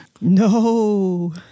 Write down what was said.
No